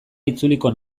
itzuliko